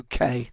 uk